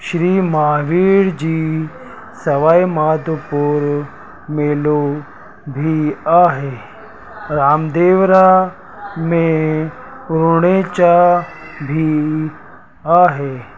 श्री महावीर जी सवाइ माधुपुर मेलो बि आहे रामदेवरा में रूणेचा बि आहे